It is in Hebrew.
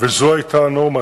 וזאת היתה הנורמה.